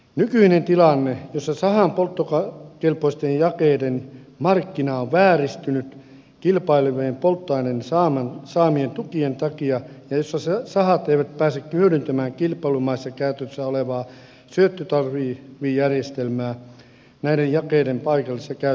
nykyinen tilanne jossa sahan polttokelpoisten jakeiden markkina on vääristynyt kilpailevien polttoaineiden saamien tukien takia ja jossa sahat eivät pääse hyödyntämään kilpailumaissa käytössä olevaa syöttötariffijärjestelmää näiden jakeiden paikallisessa käytössä on kestämätön